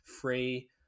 free